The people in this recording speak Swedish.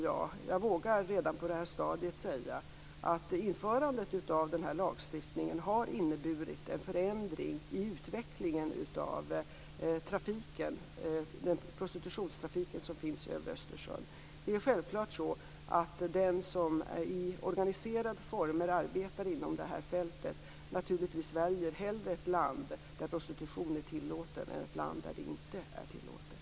Jag vågar redan på det här stadiet säga att införandet av den här lagstiftningen har inneburit en förändring i utvecklingen av den prostitutionstrafik som finns över Östersjön. Det är självklart så att den som i organiserade former arbetar inom det här fältet hellre väljer ett land där prostitution är tillåten än ett land där den inte är tillåten.